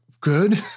good